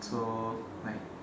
so like